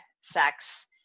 sex